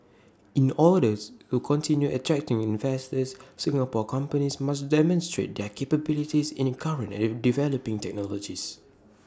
in orders to continue attracting investors Singapore companies must demonstrate their capabilities in current and developing technologies